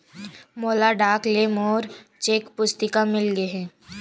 मोला डाक ले मोर चेक पुस्तिका मिल गे हे